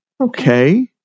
Okay